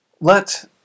let